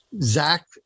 Zach